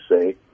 say